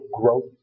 growth